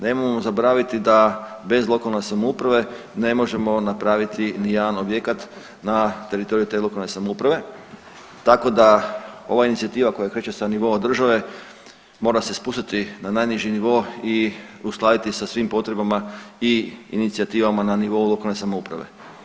Nemojmo zaboraviti da bez lokalne samouprave ne možemo napraviti nijedan objekat na teritoriju te lokalne samouprave, tako da ova inicijativa koja kreće sa nivoa države mora se spustiti na najniži nivo i uskladiti sa svim potrebama i inicijativama na nivou lokalne samouprave.